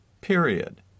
period